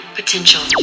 potential